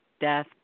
death